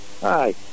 Hi